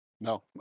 No